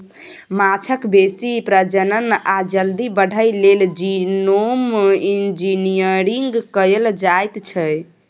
माछक बेसी प्रजनन आ जल्दी बढ़य लेल जीनोम इंजिनियरिंग कएल जाएत छै